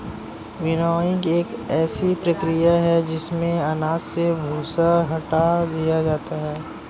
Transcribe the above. winnowing एक ऐसी प्रक्रिया है जिसमें अनाज से भूसा हटा दिया जाता है